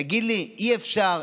תגיד לי: אי-אפשר,